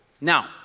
Now